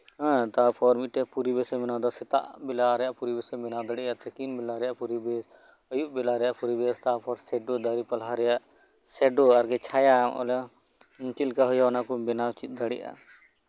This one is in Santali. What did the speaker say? ᱦᱮᱸ ᱛᱟᱨᱯᱚᱨ ᱢᱤᱫ ᱴᱮᱡ ᱯᱚᱨᱤᱵᱮᱥ ᱮᱢ ᱵᱮᱱᱟᱣᱫᱟ ᱥᱮᱛᱟᱜ ᱵᱮᱞᱟ ᱨᱮᱭᱟᱜ ᱯᱚᱨᱤᱵᱮᱥ ᱮᱢ ᱵᱮᱱᱟᱣ ᱫᱟᱲᱮᱭᱟᱜᱼᱟ ᱛᱤᱠᱤᱱ ᱵᱮᱲᱟ ᱨᱮᱭᱟᱜ ᱯᱚᱨᱤᱵᱮᱥ ᱟᱹᱭᱩᱵ ᱵᱮᱲᱟ ᱨᱮᱭᱟᱜ ᱯᱚᱨᱤᱵᱮᱥ ᱛᱟᱨᱯᱚᱨ ᱰᱟᱝᱨᱤ ᱯᱟᱞᱦᱟ ᱨᱮᱭᱟᱜ ᱪᱤᱛᱟᱹᱨ ᱥᱮᱰᱳ ᱟᱨᱠᱤ ᱪᱷᱟᱭᱟ ᱪᱮᱫᱞᱮᱠᱟ ᱦᱳᱭᱳᱜᱼᱟ ᱚᱱᱟᱠᱚᱢ ᱵᱮᱱᱟᱣ ᱪᱮᱫ ᱫᱟᱲᱮᱭᱟᱜᱼᱟ